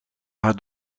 haar